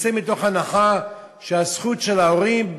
נצא מתוך הנחה שהזכות של ההורים,